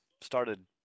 started